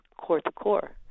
core-to-core